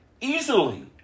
Easily